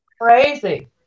crazy